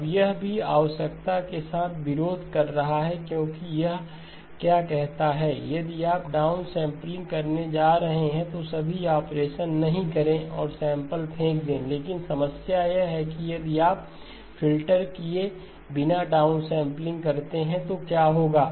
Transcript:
अब यह भी आवश्यकता के साथ विरोध कर रहा है क्योंकि यह क्या कहता है यदि आप डाउनसैंपलिंग करने जा रहे हैं तो सभी ऑपरेशन नहीं करें और सैंपल फेंक दे लेकिन समस्या यह है कि यदि आप फ़िल्टर किए बिना डाउनसैंपलिंग करते हैं तो क्या होगा है